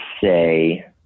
say